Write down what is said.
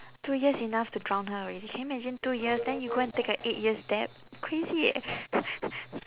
two years enough to drown her already can you imagine two years then you go and take a eight years debt crazy eh